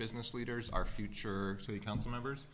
business leaders our future so the council members